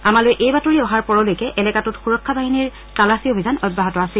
আমালৈ এই বাতৰি অহাৰ পৰলৈকে এলেকাটোত সুৰক্ষা বাহিনীৰ তালাচী অভিযান অব্যাহত আছিল